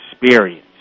experience